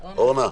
אורנה,